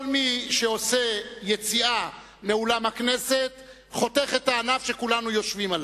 כל מי שעושה יציאה מאולם הכנסת חותך את הענף שכולנו יושבים עליו.